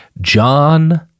John